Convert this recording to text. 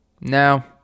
Now